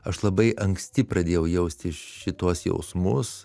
aš labai anksti pradėjau jaustis šituos jausmus